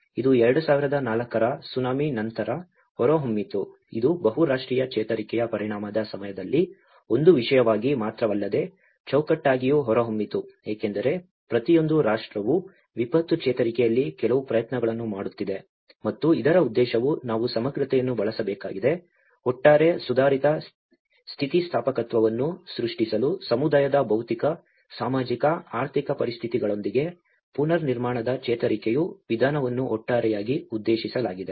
ಇದು 2004 ರ ಸುನಾಮಿ ನಂತರ ಹೊರಹೊಮ್ಮಿತು ಇದು ಬಹುರಾಷ್ಟ್ರೀಯ ಚೇತರಿಕೆಯ ಪರಿಣಾಮದ ಸಮಯದಲ್ಲಿ ಒಂದು ವಿಷಯವಾಗಿ ಮಾತ್ರವಲ್ಲದೆ ಚೌಕಟ್ಟಾಗಿಯೂ ಹೊರಹೊಮ್ಮಿತು ಏಕೆಂದರೆ ಪ್ರತಿಯೊಂದು ರಾಷ್ಟ್ರವೂ ವಿಪತ್ತು ಚೇತರಿಕೆಯಲ್ಲಿ ಕೆಲವು ಪ್ರಯತ್ನಗಳನ್ನು ಮಾಡುತ್ತಿದೆ ಮತ್ತು ಇದರ ಉದ್ದೇಶವು ನಾವು ಸಮಗ್ರತೆಯನ್ನು ಬಳಸಬೇಕಾಗಿದೆ ಒಟ್ಟಾರೆ ಸುಧಾರಿತ ಸ್ಥಿತಿಸ್ಥಾಪಕತ್ವವನ್ನು ಸೃಷ್ಟಿಸಲು ಸಮುದಾಯದ ಭೌತಿಕ ಸಾಮಾಜಿಕ ಆರ್ಥಿಕ ಪರಿಸ್ಥಿತಿಗಳೊಂದಿಗೆ ಪುನರ್ನಿರ್ಮಾಣದ ಚೇತರಿಕೆಯ ವಿಧಾನವನ್ನು ಒಟ್ಟಾರೆಯಾಗಿ ಉದ್ದೇಶಿಸಲಾಗಿದೆ